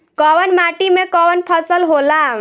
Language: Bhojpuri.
कवन माटी में कवन फसल हो ला?